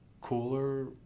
cooler